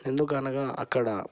ఎందుకు అనగా అక్కడ